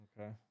Okay